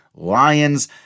lions